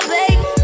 baby